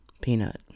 Peanut